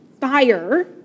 fire